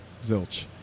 Zilch